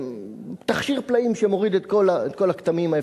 תכשיר פלאים שמוריד את כל הכתמים.